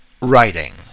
writing